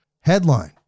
Headline